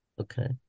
Okay